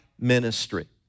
ministry